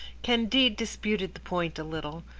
candide disputed the point a little,